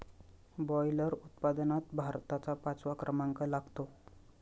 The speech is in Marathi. बॉयलर उत्पादनात भारताचा पाचवा क्रमांक लागतो